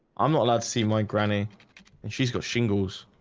i'm not allowed to see my granny and she's got shingles